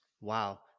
wow